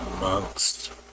amongst